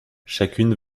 chacune